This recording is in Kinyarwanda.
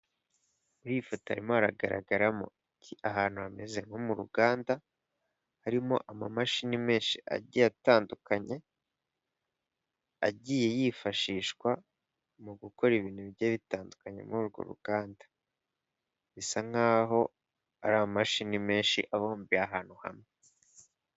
Kuri iyi foto haririmo aragaragaramo iki ahantu hameze nko mu ruganda harimo amamashini menshi agiye atandukanye, agiye yifashishwa mu gukora ibintu bigiye bitandukanye muri urwo ruganda. Nisa nk'aho ari amashini menshi abumbiye ahantu hamwe.